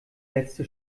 letzte